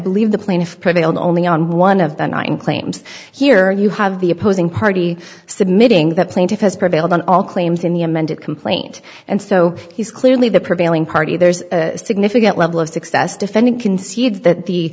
believe the plaintiff prevailed only on one of the nine claims here you have the opposing party submitting that plaintiff has prevailed on all claims in the amended complaint and so he's clearly the prevailing party there's a significant level of success defendant concedes that the